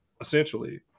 essentially